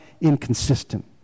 inconsistent